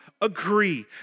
agree